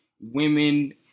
Women